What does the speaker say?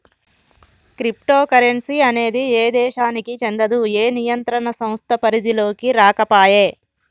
crypto currency అనేది ఏ దేశానికీ చెందదు, ఏ నియంత్రణ సంస్థ పరిధిలోకీ రాకపాయే